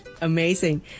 amazing